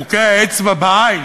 חוקי האצבע בעין,